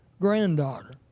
granddaughter